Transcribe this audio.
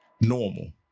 normal